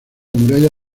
muralla